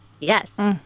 Yes